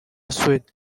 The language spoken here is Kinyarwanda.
suede